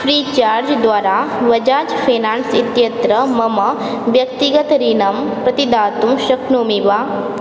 free charge द्वारा Bajaj finance इत्यत्र मम व्यक्तिगत ऋणं प्रतिदातुं शक्नोमि वा